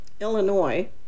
Illinois